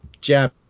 jab